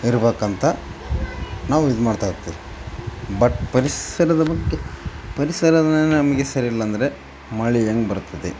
ಇರಬೇಕಂತ ನಾವು ಇದುಮಾಡ್ತ ಇರ್ತೀವಿ ಬಟ್ ಪರಿಸರದ ಬಗ್ಗೆ ಪರಿಸರ ನಮಗೆ ಸರಿಯಿಲ್ಲಾಂದರೆ ಮಳೆ ಹೆಂಗೆ ಬರ್ತದೆ